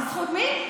בזכות מי?